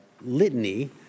litany